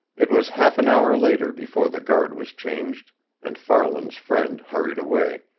it was half an hour later before the guard was changed and farland's friend hurried away,